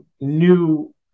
new